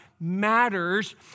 matters